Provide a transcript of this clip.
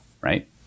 right